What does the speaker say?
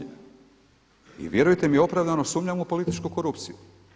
I vjerujte mi opravdano sumnjam u političku korupciju.